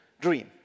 dream